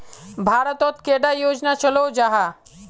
भारत तोत कैडा योजना चलो जाहा?